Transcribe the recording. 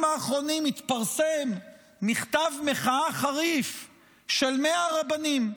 האחרונים התפרסם מכתב מחאה חריף של 100 רבנים,